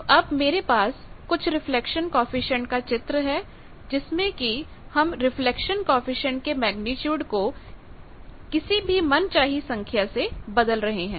तो अब मेरे पास कुछ रिफ्लेक्शन कॉएफिशिएंट का चित्र है जिसमें कि हम रिफ्लेक्शन कॉएफिशिएंट के मेग्नीट्यूड को किसी भी मनचाही संख्या से बदल रहे हैं